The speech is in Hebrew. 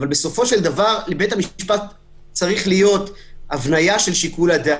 בסופו של דבר לבית המשפט צריכה להיות הבניה של שיקול הדעת,